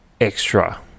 extra